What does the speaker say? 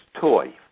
toy